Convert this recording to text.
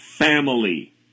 family